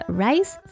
rice